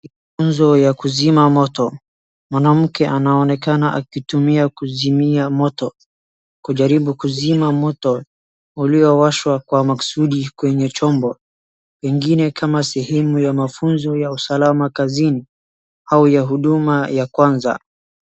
Funzo ya kuzima moto. Mwanamke anaonekana akitumia kuzimia moto kujaribu kuzima moto uliowashwa kwa maksudi kwenye chombo, pengine kama sehemu ya mafunzo ya usalama kazini au ya huduma ya kwanza.